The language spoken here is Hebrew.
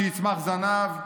שיצמח זנב,